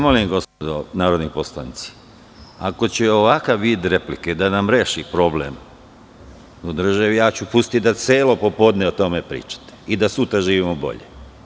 Molim vas, gospodo narodni poslanici, ako će ovakav vid replike da nam reši problem u državi, pustiću da celo popodne o tome pričate i da sutra živimo bolje.